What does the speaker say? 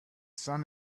sun